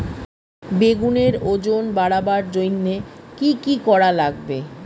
বেগুনের ওজন বাড়াবার জইন্যে কি কি করা লাগবে?